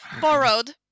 Borrowed